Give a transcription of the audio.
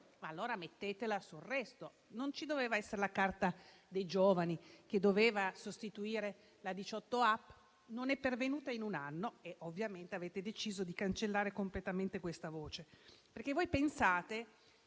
allora mettetela sul resto. Non ci doveva essere la Carta giovani nazionale a sostituire la 18app? Non è pervenuta in un anno e ovviamente avete deciso di cancellare completamente questa voce, perché pensate